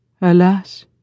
Alas